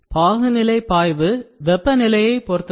பாகுநிலை பாய்வு வெப்பநிலையைப் பொருத்தது